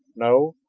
no,